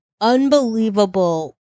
unbelievable